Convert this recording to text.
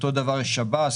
אותו דבר בשב"ס,